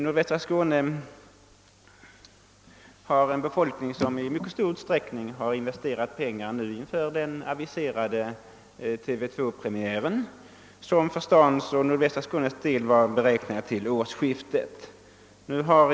Nordvästra Skånes befolkning har i mycket stor utsträckning investerat pengar i TV 2-utrustning inför den aviserade premiären för den nya kanalen, vilken för Hälsingborg och nordvästra Skåne hade beräknats ske vid årsskiftet.